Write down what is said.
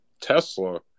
tesla